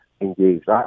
engaged